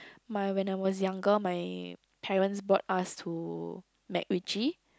my when I was younger my parents brought us to MacRitchie